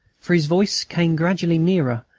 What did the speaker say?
for his voice came gradually nearer,